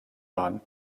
waren